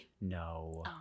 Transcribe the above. No